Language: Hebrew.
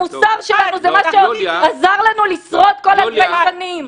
המוסר שלנו זה מה שעזר לנו לשרוד כל אלפי השנים.